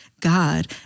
God